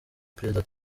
perezida